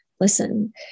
listen